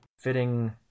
Fitting